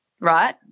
right